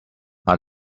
are